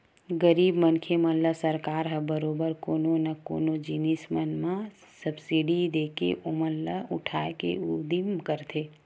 गरीब मनखे मन ल सरकार ह बरोबर कोनो न कोनो जिनिस मन म सब्सिडी देके ओमन ल उठाय के उदिम करथे